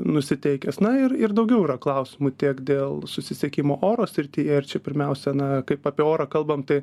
nusiteikęs na ir ir daugiau yra klausimų tiek dėl susisiekimo oro srityje ir čia pirmiausia na kaip apie orą kalbam tai